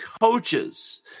coaches